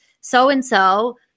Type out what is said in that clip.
so-and-so